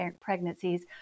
pregnancies